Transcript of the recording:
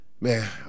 man